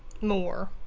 more